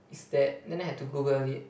is that then I had to Google it